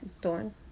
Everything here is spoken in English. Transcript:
Dorn